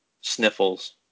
Sniffles